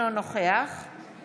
תשדל לא לענות על זה.